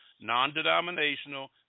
non-denominational